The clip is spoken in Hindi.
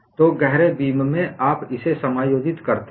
तो गहरे बीम में आप इसे समायोजित करते हैं